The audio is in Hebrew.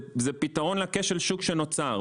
זה פתרון לכשל השוק שנוצר,